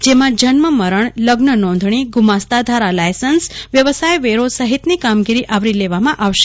જેમાં જન્મમરણ લગ્નનોંધણી ગુમાસ્તાધારા લાયસન્સ વ્યવસાયવેરો સહીતની કામગીરી આવરી લેવામાં આવશે